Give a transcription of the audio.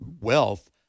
Wealth